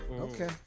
Okay